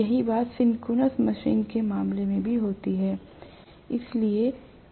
यही बात synchronous machine के मामले में भी होती है